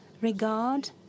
regard